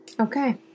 Okay